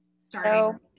starting